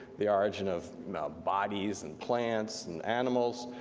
the origin of bodies and plants and animals,